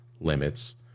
limits